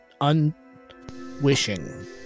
unwishing